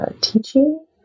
teaching